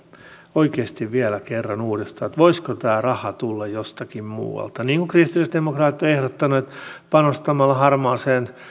oikeasti vielä kerran uudestaan voisiko tämä raha tulla jostakin muualta niin kuin kristillisdemokraatit ovat ehdottaneet että panostamalla harmaan